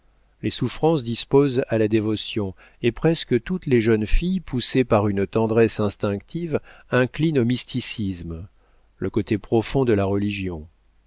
les souffrances disposent à la dévotion et presque toutes les jeunes filles poussées par une tendresse instinctive inclinent au mysticisme le côté profond de la religion